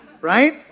right